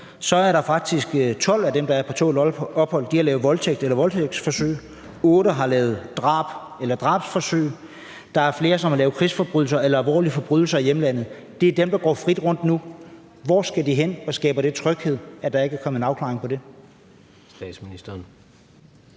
om, er der faktisk 12 af dem, der er på tålt opholdt, der har begået voldtægt eller har gjort sig skyldig i voldtægtsforsøg; 8 har begået drab eller gjort sig skyldig i drabsforsøg; der er flere, der har begået krigsforbrydelser eller alvorlige forbrydelser i hjemlandet. Det er dem, der går frit rundt nu. Hvor skal de hen? Og skaber det tryghed, at der ikke er kommet en afklaring på det? Kl.